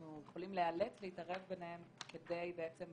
אנחנו יכולים לאלץ להתערב ביניהם כדי לייצר